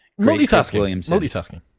multitasking